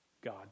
God